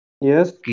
Yes